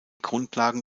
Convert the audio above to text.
grundlagen